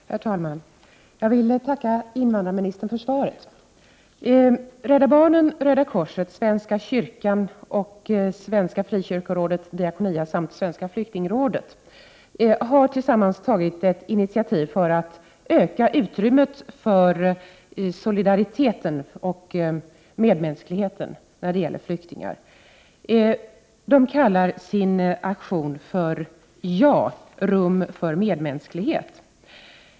Herr talman! Jag vill tacka invandrarministern för svaret. Rädda barnen, Röda korset, svenska kyrkan och Svenska frikyrkorådet/ Diakonia samt Svenska flyktingrådet har tillsammans tagit initiativ för att öka utrymmet för solidariteten och medmänskligheten när det gäller flyktingar. De kallar sin aktion för ”Ja — rum för medmänsklighet”.